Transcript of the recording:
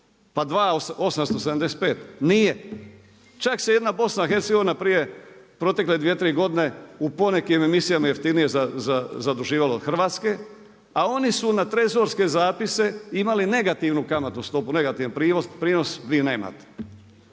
pa 2,875 nije. Čak se jedna BiH prije protekle dvije, tri godine u ponekim emisijama jeftinije zaduživala od Hrvatske, a oni su na trezorske zapise imali negativnu kamatnu stopu, negativan prinos, vi nemate.